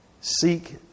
Seek